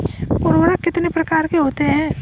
उर्वरक कितने प्रकार के होते हैं?